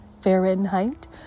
Fahrenheit